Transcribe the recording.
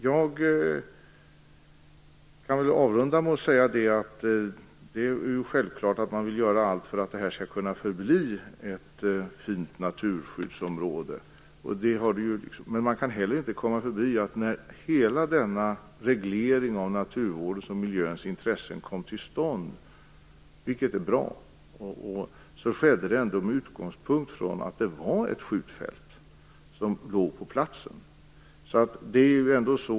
Jag kan avrunda med att säga att man självklart vill göra allt för att det här skall kunna förbli ett fint naturskyddsområde. Man kan heller inte komma förbi att när hela denna reglering av naturvårdens och miljöns intressen kom till stånd - vilket är bra - skedde det ändå med utgångspunkt från att det var ett skjutfält som låg på platsen.